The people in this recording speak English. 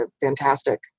fantastic